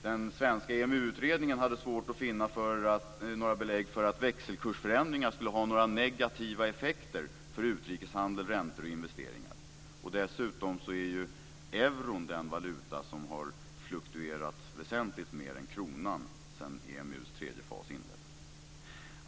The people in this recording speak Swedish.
Den svenska EMU-utredningen hade svårt att finna några belägg för att växelkursförändringar skulle ha negativa effekter för utrikeshandel, räntor och investeringar. Dessutom är ju euron den valuta som har fluktuerat väsentligt mer än kronan sedan EMU:s tredje fas inleddes.